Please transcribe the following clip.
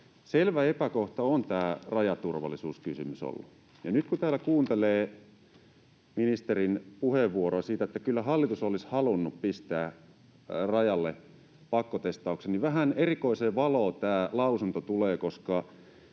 Selvä epäkohta on tämä rajaturvallisuuskysymys ollut. Ja nyt kun täällä kuuntelee ministerin puheenvuoroa siitä, että kyllä hallitus olisi halunnut pistää rajalle pakkotestauksen, niin vähän erikoiseen valoon tämä lausunto tulee, koska